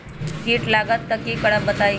कीट लगत त क करब बताई?